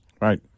Right